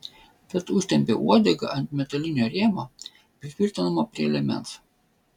tad užtempiau uodegą ant metalinio rėmo pritvirtinamo prie liemens